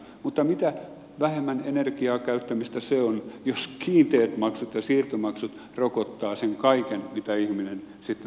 mutta mitä vähemmän energian käyttämistä se on jos kiinteät maksut ja siirtomaksut rokottavat sen kaiken mitä ihminen sitten tällä oppimisellaan hyötyy